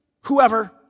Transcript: whoever